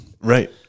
Right